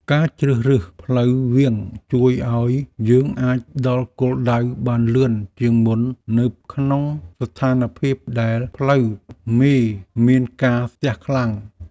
ការជ្រើសរើសផ្លូវវាងជួយឱ្យយើងអាចដល់គោលដៅបានលឿនជាងមុននៅក្នុងស្ថានភាពដែលផ្លូវមេមានការស្ទះខ្លាំង។